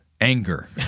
anger